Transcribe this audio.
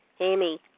Amy